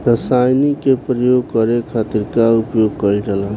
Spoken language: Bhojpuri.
रसायनिक के प्रयोग करे खातिर का उपयोग कईल जाला?